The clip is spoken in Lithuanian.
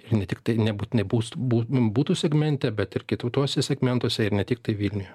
ir ne tiktai nebūtinai bus butų segmente bet ir kituose segmentuose ir ne tiktai vilniuje